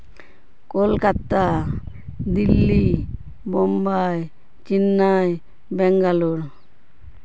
Kolkata Delhi Mumbai Chennai Bangalore